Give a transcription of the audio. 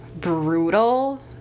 brutal